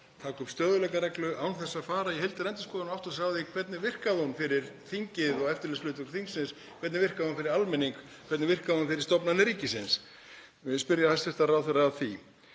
taka upp stöðugleikareglu án þess að fara í heildarendurskoðun og átta sig á því: Hvernig virkaði hún fyrir þingið og eftirlitshlutverk þingsins? Hvernig virkaði hún fyrir almenning? Hvernig virkaði hún fyrir stofnanir ríkisins? Ég vil spyrja hæstv. ráðherra að því.